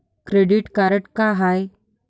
Credit card का हाय?